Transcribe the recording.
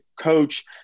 coach